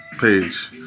page